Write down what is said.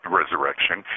resurrection